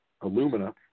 Alumina